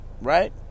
Right